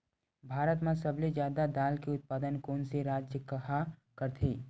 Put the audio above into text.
भारत मा सबले जादा दाल के उत्पादन कोन से राज्य हा करथे?